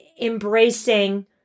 Embracing